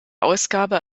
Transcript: ausgabe